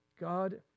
God